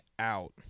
out